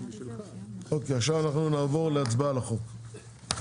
אוקיי עכשיו אנחנו נעבור להצבעה על החוק.